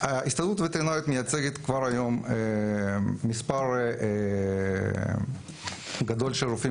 ההסתדרות הווטרינרית מייצגת כבר היום מספר גדול של רופאים